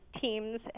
teams